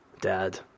Dad